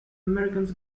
americans